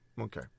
okay